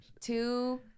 two